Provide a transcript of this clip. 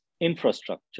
infrastructure